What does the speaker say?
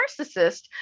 narcissist